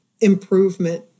improvement